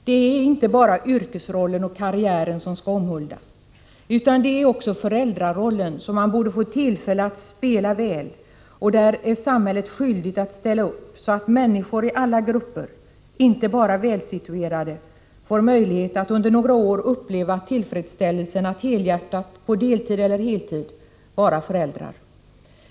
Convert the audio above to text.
Det är inte bara yrkesrollen och karriären som skall omhuldas, utan det är också föräldrarollen som man borde få tillfälle att spela väl, och där är samhället skyldigt att ställa upp så att människor i alla grupper, inte bara välsituerade, får möjlighet att under några år uppleva tillfredsställelsen att helhjärtat på deltid eller heltid vara föräldrar.